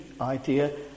idea